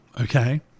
Okay